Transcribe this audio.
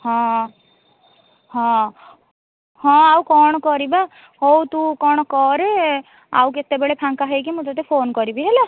ହଁ ହଁ ହଁ ଆଉ କ'ଣ କରିବା ହଉ ତୁ କ'ଣ କରେ ଆଉ କେତେବେଳେ ଫାଙ୍କା ହେଇକି ମୁଁ ତୋତେ ଫୋନ୍ କରିବି ହେଲା